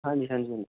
ਹਾਂਜੀ ਹਾਂਜੀ ਹਾਂਜੀ